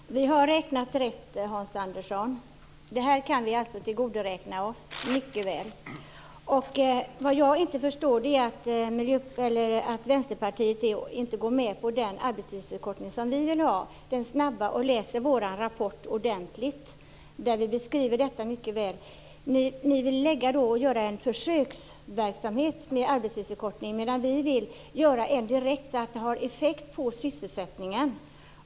Herr talman! Vi har räknat rätt, Hans Andersson. Detta kan vi tillgodoräkna oss mycket väl. Vad jag inte förstår är varför Vänsterpartiet inte går med på den snabba arbetstidsförkortning som Miljöpartiet vill ha och läser vår rapport ordentligt där vi beskriver detta mycket väl. Ni vill ha en försöksverksamhet med arbetstidsförkortning medan vi vill göra så att det har direkt effekt på sysselsättningen.